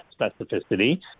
specificity